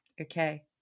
okay